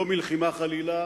לא מלחימה חלילה